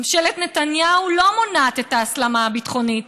ממשלת נתניהו לא מונעת את ההסלמה הביטחונית.